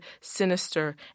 sinister